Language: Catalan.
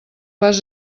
vas